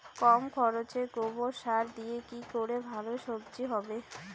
কম খরচে গোবর সার দিয়ে কি করে ভালো সবজি হবে?